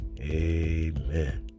amen